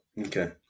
okay